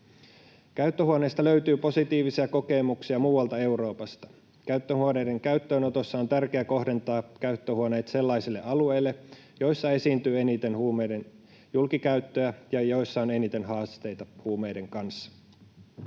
Käyttöhuoneista löytyy positiivisia kokemuksia muualta Euroopasta. Käyttöhuoneiden käyttöönotossa on tärkeää kohdentaa käyttöhuoneet sellaisille alueille, joilla esiintyy eniten huumeiden julkikäyttöä ja joilla on eniten haasteita huumeiden kanssa.